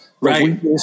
right